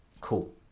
Cool